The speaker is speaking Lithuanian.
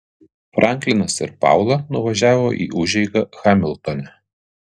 franklinas ir paula nuvažiavo į užeigą hamiltone